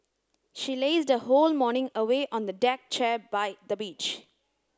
she lazed her whole morning away on the deck chair by the beach